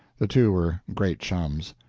the two were great chums.